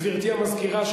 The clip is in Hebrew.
גברתי המזכירה,